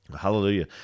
Hallelujah